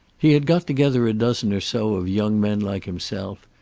he had got together a dozen or so of young men like himself,